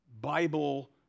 Bible